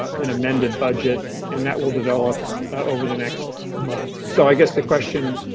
an amended budget and that will develop over the next month, so i guess the question,